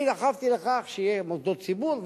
אני דחפתי לכך שיהיה במוסדות ציבור,